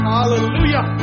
Hallelujah